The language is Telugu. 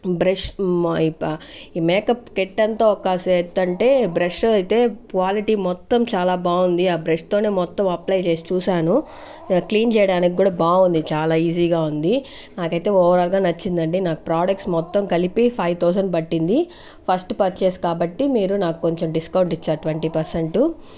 బ్రష్ మేకప్ కిట్ అంతా ఒక ఎత్తు అంటే బ్రష్ అయితే క్వాలిటీ మొత్తం చాలా బాగుంది ఆ బ్రష్తోనే మొత్తం అప్లై చేసి చూసాను క్లీన్ చేయడానికి కూడా బాగుంది చాలా ఈజీగా ఉంది నాకైతే ఓవరాల్గా నచ్చింది అండి నాకు ప్రొడక్ట్స్ మొత్తం కలిపి ఫైవ్ థౌసండ్ పట్టింది ఫస్ట్ పర్చేస్ కాబట్టి మీరు నాకు కొంచెం డిస్కౌంట్ ఇచ్చారు ట్వంటీ పర్సెంట్